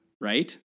Right